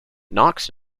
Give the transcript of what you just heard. knox